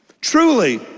Truly